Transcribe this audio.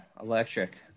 electric